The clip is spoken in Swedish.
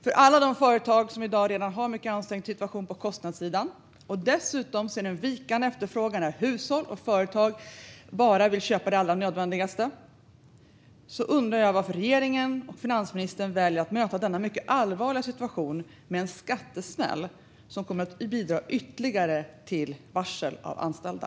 För alla de företag som redan i dag har en mycket ansträngd situation på kostnadssidan och nu dessutom ser en vikande efterfrågan när hushåll och företag bara vill köpa det allra nödvändigaste undrar jag varför regeringen och finansministern väljer att möta denna mycket allvarliga situation med en skattesmäll som kommer att bidra ytterligare till varsel av anställda.